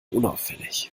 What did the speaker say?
unauffällig